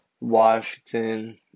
Washington